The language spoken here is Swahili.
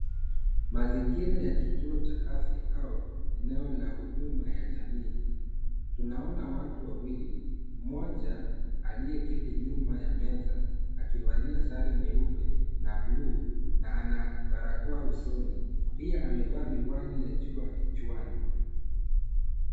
Mazingira ya kituo cha afya au eneo la huduma ya jamii tunaona watu wawili mmoja aliyeketi nyuma ya meza akivalia sare nyeupe na blu na ana barakoa usoni na pia amevaa miwani ya jua kichwani.